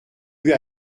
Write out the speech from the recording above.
eut